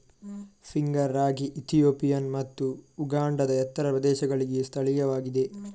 finger ರಾಗಿ Ethiopian ಮತ್ತು ಉಗಾಂಡಾದ ಎತ್ತರದ ಪ್ರದೇಶಗಳಿಗೆ ಸ್ಥಳೀಯವಾಗಿದೆ